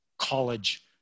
college